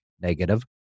negative